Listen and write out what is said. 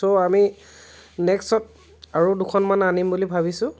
চ' আমি নেক্সত আৰু দুখনমান আনিব বুলি ভাবিছোঁ